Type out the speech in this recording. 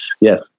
yes